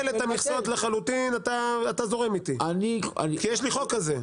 את התכנון --- אני שמעתי שיש רצון כזה.